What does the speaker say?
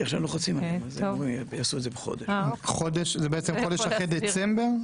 זה בעצם חודש אחרי דצמבר?